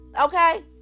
Okay